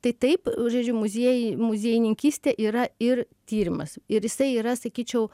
tai taip žaidžiu muziejai muziejininkystė yra ir tyrimas ir jisai yra sakyčiau